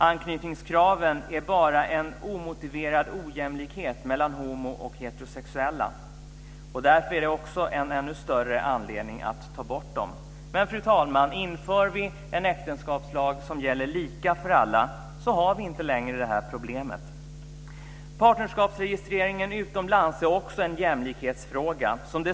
Anknytningskraven är bara en omotiverad ojämlikhet mellan homo och heterosexuella. Därför är det också desto större anledning att ta bort dem. Men, fru talman: Inför vi en äktenskapslag som gäller lika för alla har vi inte längre det här problemet. Partnerskapsregistreringen utomlands är också en jämlikhetsfråga.